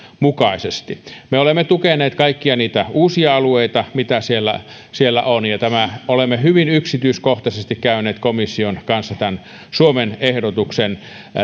mukaisesti me olemme tukeneet kaikkia niitä uusia alueita mitä siellä siellä on ja olemme hyvin yksityiskohtaisesti käyneet komission kanssa tämän suomen ehdotuksen